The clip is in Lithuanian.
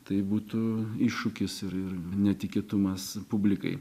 tai būtų iššūkis ir ir netikėtumas publikai